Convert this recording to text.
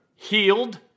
Healed